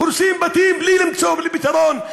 הורסים בתים בלי למצוא פתרון,